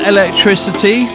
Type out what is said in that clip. Electricity